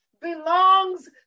belongs